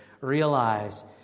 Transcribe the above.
realize